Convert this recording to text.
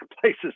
places